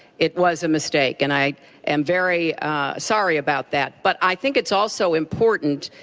it was a mistake. and i am very sorry about that, but i think it's also important